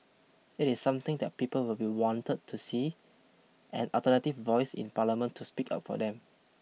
it is something that people will be wanted to see an alternative voice in parliament to speak up for them